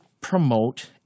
promote